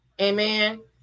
Amen